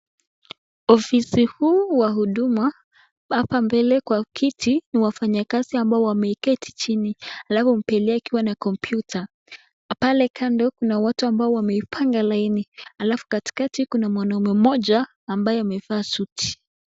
Ofisi huu wa huduma hapa mbele kwa kiti ni wafanyikazi ambao wameketi chini alafu mbele yao kompyuta. Pale kando kuna watu ambao wamepanga laini alafu katikati kuna mwanaume mmoja ambaye amevaa suti.